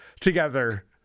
Together